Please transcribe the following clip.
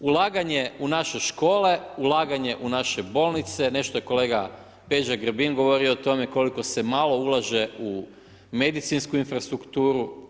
Ulaganje u naše škole, u laganje u naše bolnice, nešto je kolega Peđa Grbin govorio o tome koliko se malo ulaže u medicinsku infrastrukturu.